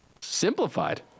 Simplified